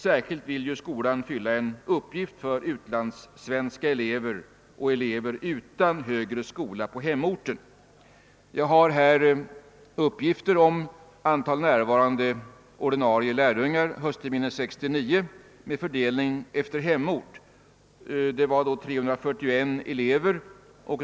Särskilt vill skolan fylla en uppgift för utlandssvenska elever och elever utan högre skola på hemorten. Jag har här uppgifter om antal närvarande ordinarie lärjungar hösttermi nen 1969 med fördelning efter hemort. Det var då 341 elever.